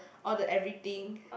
all the everything